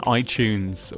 itunes